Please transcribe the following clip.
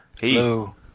hello